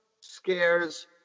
scares